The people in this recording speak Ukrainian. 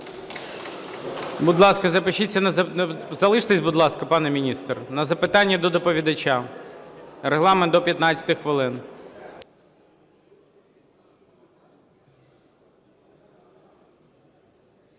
Будь ласка, запишіться на… Залишіться, будь ласка, пане міністре, на запитання до доповідача. Регламент – до 15 хвилин.